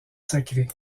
sacré